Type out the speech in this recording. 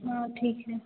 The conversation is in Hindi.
हाँ ठीक है